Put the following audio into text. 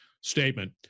statement